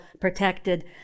protected